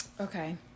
Okay